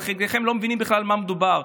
אבל חלקכם לא מבינים בכלל על מה מדובר.